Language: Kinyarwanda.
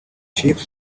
chief